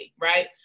right